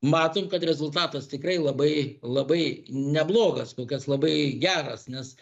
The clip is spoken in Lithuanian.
matom kad rezultatas tikrai labai labai neblogas kolkas labai geras nes